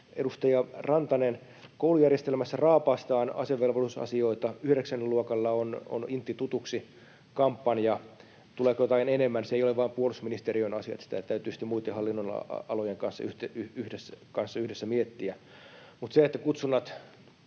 Edustaja Rantanen, koulujärjestelmässä raapaistaan asevelvollisuusasioita. Yhdeksännellä luokalla on Intti tutuksi -kampanja. Se, tuleeko jotain enemmän, ei ole vain puolustusministeriön asia, vaan sitä täytyy muitten hallinnonalojen kanssa yhdessä miettiä.